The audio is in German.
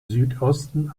südosten